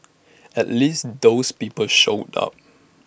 at least those people showed up